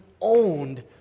owned